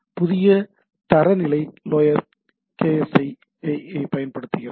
புதிய தரநிலை லோயர் கேஸ்ஐ பயன்படுத்துகிறது